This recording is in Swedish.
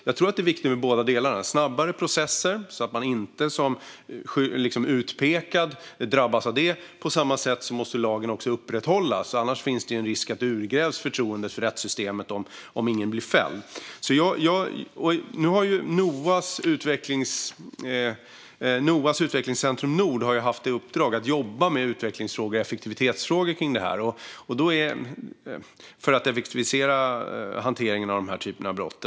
Jag tror att det är viktigt med båda delarna: Vi måste ha snabbare processer så att man inte som utpekad drabbas av det. Och på samma sätt måste lagen också upprätthållas, för om ingen blir fälld finns det en risk att förtroendet för rättssystemet urholkas. Noas Utvecklingscentrum Nord har haft i uppdrag att jobba med utvecklings och effektivitetsfrågor kring detta för att effektivisera hanteringen av den här typen av brott.